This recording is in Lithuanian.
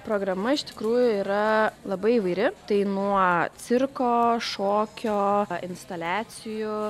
programa iš tikrųjų yra labai įvairi tai nuo cirko šokio instaliacijų